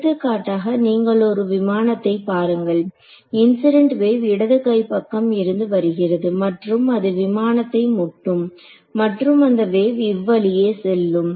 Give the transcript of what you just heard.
எடுத்துக்காட்டாக நீங்கள் ஒரு விமானத்தை பாருங்கள் இன்சிடென்ட் வேவ் இடது கை பக்கம் இருந்து வருகிறது மற்றும் அது விமானத்தை முட்டும் மற்றும் அந்த வேவ் இவ்வழியே செல்லும்